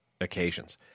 occasions